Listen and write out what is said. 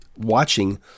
watching